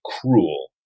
cruel